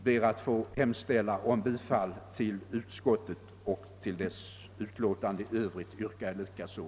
Jag yrkar alltså bifall till utskottets hemställan under övriga punkter.